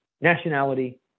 nationality